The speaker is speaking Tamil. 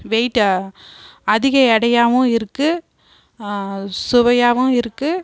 வெயிட்டு அதிக எடையாகவும் இருக்கு சுவையாகவும் இருக்கு